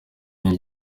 niryo